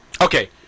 Okay